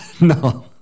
No